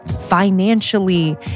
financially